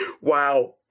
Wow